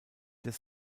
des